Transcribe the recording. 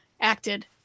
acted